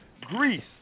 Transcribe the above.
Greece